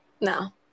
No